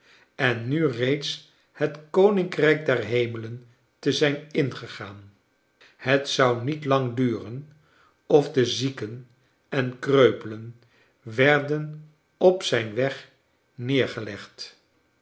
en nu reeds het koninkrijk der hernelen te zijn ingegaan het zou niet lang duren of de zieken en kreupelen werden op zijn weg neergelegd